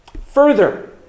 Further